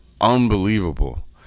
unbelievable